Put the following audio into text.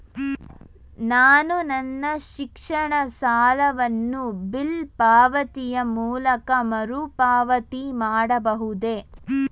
ನಾನು ನನ್ನ ಶಿಕ್ಷಣ ಸಾಲವನ್ನು ಬಿಲ್ ಪಾವತಿಯ ಮೂಲಕ ಮರುಪಾವತಿ ಮಾಡಬಹುದೇ?